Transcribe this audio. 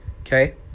okay